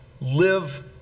live